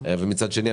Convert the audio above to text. ומצד שני,